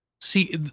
See